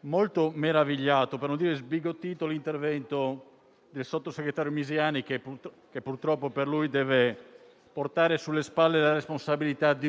molto meravigliato - per non dire sbigottito - l'intervento del vice ministro Misiani che, purtroppo per lui, deve portare sulle spalle il peso